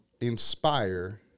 inspire